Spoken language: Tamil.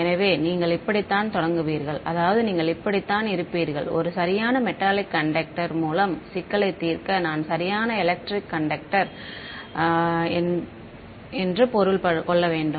எனவே நீங்கள் இப்படித்தான் தொடங்குவீர்கள் அதாவது நீங்கள் இப்படித்தான் இருப்பீர்கள் ஒரு சரியான மெட்டாலிக் கண்டக்ட் மூலம் சிக்கலை தீர்க்க நான் சரியான எலெக்ட்ரிக் கண்டக்டர் என்று பொருள்படும்